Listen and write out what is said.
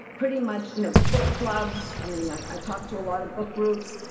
pretty much you know book clubs. i mean like i talked to a lot of book groups.